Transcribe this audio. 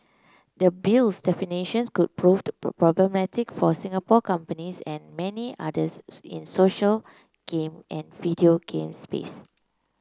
the Bill's definitions could proved problematic for Singapore companies and many others in social game and video game space